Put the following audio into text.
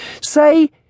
say